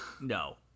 no